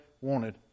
wanted